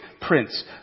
prince